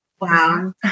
Wow